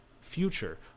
future